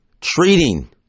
treating